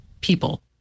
people